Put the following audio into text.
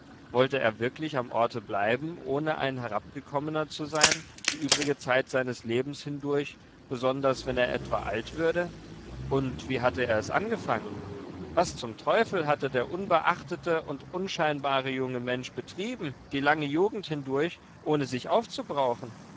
wollte er wirklich am orte bleiben ohne ein herabgekommener zu sein die übrige zeit seines lebens hindurch besonders wenn er etwa alt würde und wie hatte er es angefangen was zum teufel hatte der unbeachtete und unscheinbare junge mensch betrieben die lange jugend hindurch ohne sich aufzubrauchen